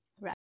Right